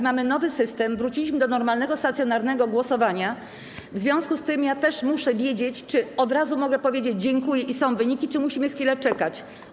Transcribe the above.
Mamy nowy system, wróciliśmy do normalnego, stacjonarnego głosowania, w związku z tym ja też muszę wiedzieć, czy od razu mogę powiedzieć „dziękuję” i są wyniki, czy musimy chwilę czekać.